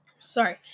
Sorry